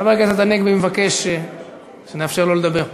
חבר הכנסת הנגבי מבקש שנאפשר לו לדבר.